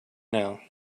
now